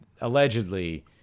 allegedly